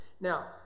Now